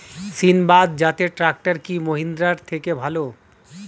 সিণবাদ জাতের ট্রাকটার কি মহিন্দ্রার থেকে ভালো?